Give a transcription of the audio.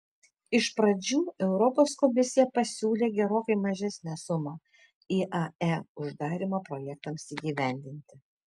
iš pradžių europos komisija pasiūlė gerokai mažesnę sumą iae uždarymo projektams įgyvendinti